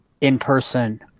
in-person